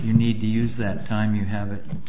you need to use that time you have